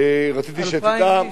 רציתי שתדע, 2,000 איש.